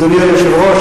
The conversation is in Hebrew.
אדוני היושב-ראש,